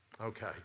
okay